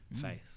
faith